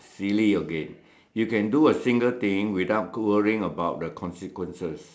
silly again you can do a single thing without worrying about the consequences